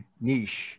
niche